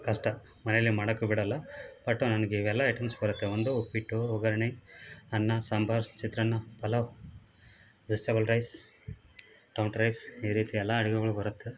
ಕಷ್ಟ ಮನೇಲಿ ಮಾಡೋಕ್ಕು ಬಿಡೋಲ್ಲ ಬಟ್ ನನಗೆ ಇವೆಲ್ಲ ಐಟಮ್ಸ್ ಬರುತ್ತೆ ಒಂದು ಉಪ್ಪಿಟ್ಟು ಒಗ್ಗರ್ಣೆ ಅನ್ನ ಸಾಂಬಾರು ಚಿತ್ರಾನ್ನ pulao vegetable rice tomato rice ಈ ರೀತಿಯ ಎಲ್ಲ ಅಡುಗೆಗಳು ಬರುತ್ತೆ